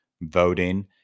voting